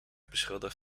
beschuldigd